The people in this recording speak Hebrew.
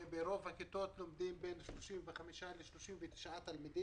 וברוב הכיתות לומדים בין 35 39 תלמידים,